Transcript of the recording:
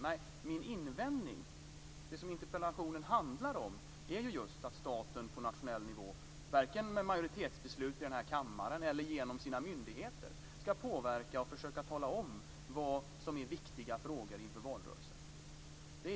Nej, min invändning, det som interpellationen handlar om, är ju att staten på nationell nivå varken med majoritetsbeslut i den här kammaren eller genom sina myndigheter ska påverka och försöka tala om vad som är viktiga frågor inför valrörelsen.